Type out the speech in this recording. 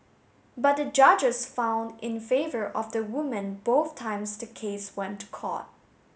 but the judges found in favour of the woman both times the case went to court